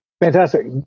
Fantastic